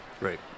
Right